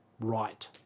right